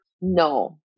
no